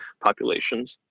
populations